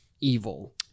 evil